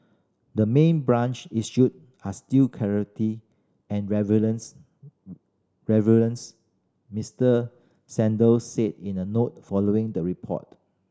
the main brands issue are still clarity and Mister Saunders said in a note following the report